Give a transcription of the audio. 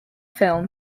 film